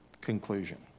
Conclusion